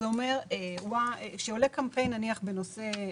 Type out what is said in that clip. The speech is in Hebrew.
כשעולה קמפיין, למשל,